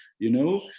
you know.